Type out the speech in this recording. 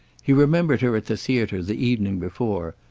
he remembered her at the theater the evening before,